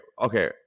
Okay